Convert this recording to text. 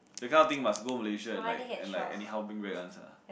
that kind of thing must go Malaysia and like and like anyhow bring back one sia